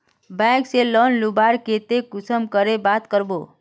Bank से loan लुबार केते कुंसम करे बात करबो?